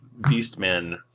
beastmen